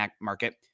market